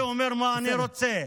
אני אומר מה שאני רוצה,